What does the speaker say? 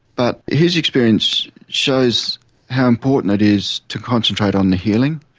but his experience shows how important it is to concentrate on the healing.